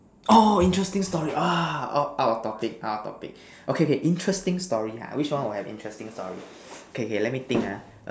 orh interesting story ah out of topic out of topic interesting story okay okay interesting story ha which one would have interesting stories okay okay let me think ah